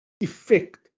effect